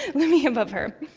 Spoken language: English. looming above her.